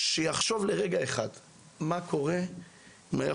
שיחשבו לרגע אחד מה היה קורה אם הם היו